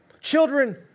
Children